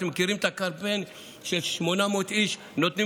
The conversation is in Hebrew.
אתם מכירים את הקמפיין ש-800 איש נותנים